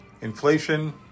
inflation